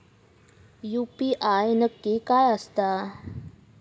UPI नक्की काय आसता?